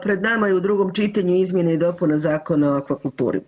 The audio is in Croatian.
Pred nama je u drugom čitanju izmjene i dopuna Zakona o akvakulturi.